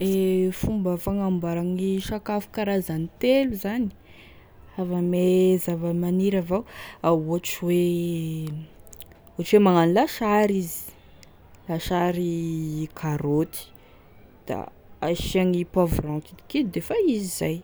E fomba fagnamboarane sakafo karazany telo zany avy ame zava-maniry avao, ah ohatry hoe ohatry hoe magnano lasary izy, lasary karoty, da asiagny poivron kidikidy defa izy zay,